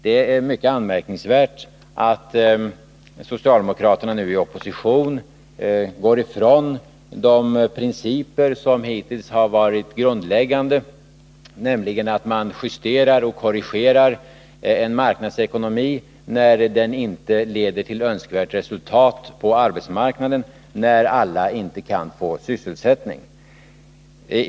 Det är mycket anmärkningsvärt att socialdemokraterna nu i opposition går ifrån de principer som hittills har varit grundläggande, nämligen att man justerar och korrigerar en marknadsekonomi när den inte leder till önskvärt resultat på arbetsmarknaden, dvs. i det här fallet när alla inte kan få sysselsättning.